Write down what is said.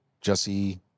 Jesse